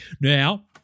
Now